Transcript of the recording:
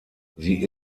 sie